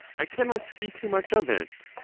i cannot see too much of it.